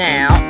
Now